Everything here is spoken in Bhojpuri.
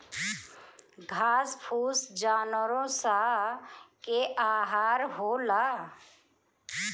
घास फूस जानवरो स के आहार होला